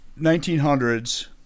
1900s